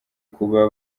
kuba